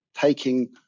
taking